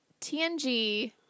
TNG